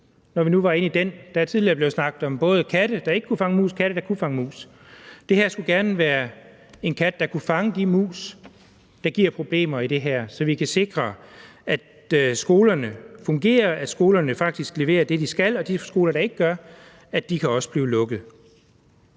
nogle mus, når nu der tidligere er blevet snakket om katte, der ikke kunne fange mus, og katte, der kunne fange mus. Det her skulle gerne være en kat, der kunne fange de mus, der giver problemer i det her, så vi kan sikre, at skolerne fungerer, at skolerne faktisk leverer det, de skal, og at de skoler, der ikke gør, kan blive lukket.